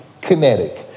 kinetic